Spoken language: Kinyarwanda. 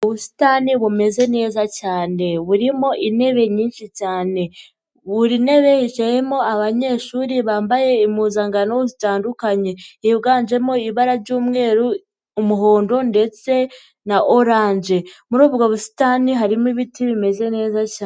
Ubusitani bumeze neza cyane burimo intebe nyinshi cyane, buri ntebe yicayemo abanyeshuri bambaye impuzankano zitandukanye yiganjemo ibara ry'umweru, umuhondo ndetse na orange, muri ubwo busitani harimo ibiti bimeze neza cyane.